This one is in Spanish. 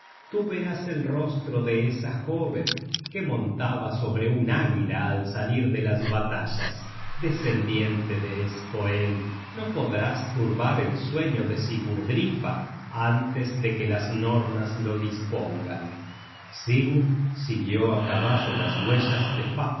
tú verás el rostro de esa jóven que montaba sobre un águila al salir de las batallas descendiente de skoeld no podrás turbar el sueño de sigurdrifa antes de que las nornas lo dispongan sigurd siguió á caballo las huellas de